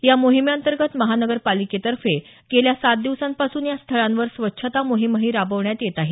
या मोहिमेअंतर्गत महापालिकेतर्फे गेल्या सात दिवसांपासून या स्थळांवर स्वच्छता मोहीमही राबवण्यात येत आहे